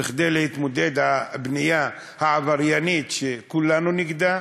כדי להתמודד עם הבנייה העבריינית, שכולנו נגדה,